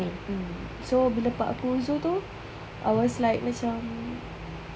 mm so bila part aku uzur tu I was like macam